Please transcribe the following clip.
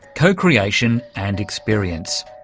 co-creation and experience.